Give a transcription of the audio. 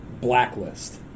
Blacklist